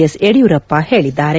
S Yediyurappa ಹೇಳಿದ್ದಾರೆ